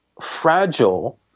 fragile